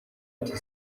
ati